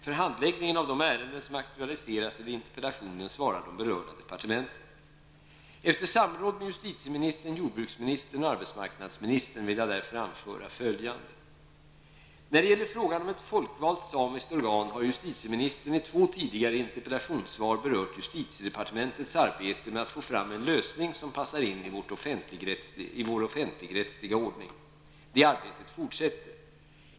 För handläggningen av de ärenden som aktualiseras i interpellationen svarar de berörda departementen. Efter samråd med justitieministern, jordbruksministern och arbetsmarknadsministern vill jag därför anföra följande. När det gäller frågan om ett folkvalt samiskt organ har justitieministern i två tidigare interpellationssvar berört justitiedepartementets arbete med att få fram en lösning som passar in i vår offentligrättsliga ordning. Det arbetet fortsätter.